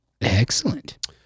Excellent